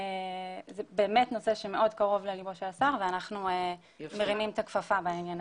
זה נושא שמאוד קרוב לליבו של השר ואנחנו מרימים את הכפפה בעניין הזה.